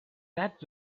that